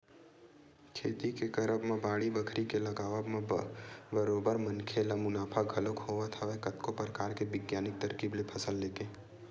खेती के करब म बाड़ी बखरी के लगावब म बरोबर मनखे ल मुनाफा घलोक होवत हवय कतको परकार के बिग्यानिक तरकीब ले फसल लेके